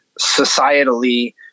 societally